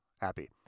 happy